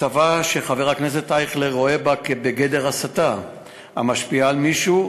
כתבה שחבר הכנסת אייכלר רואה בגדר הסתה המשפיעה על מישהו,